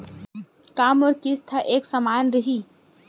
का मोर किस्त ह एक समान रही?